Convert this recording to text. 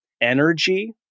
energy